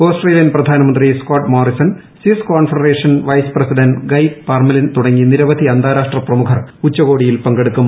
Australian പ്രധാനമന്ത്രി Scott Morrison Swiss Confederation vice president Guy Parmelin തുടങ്ങി നിരവധി അന്താരാഷ്ട്ര പ്രമുഖർ ഉച്ചകോടിയിൽ പങ്കെടുക്കും